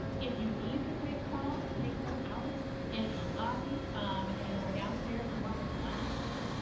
if you need to take calls, take them out in the lobby and or downstairs in one of the lounges.